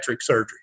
surgery